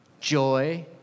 joy